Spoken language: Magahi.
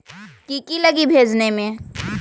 की की लगी भेजने में?